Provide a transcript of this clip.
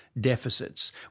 deficits